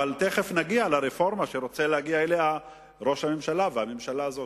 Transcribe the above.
אבל תיכף נגיע לרפורמה שרוצים להגיע אליה ראש הממשלה והממשלה הזאת,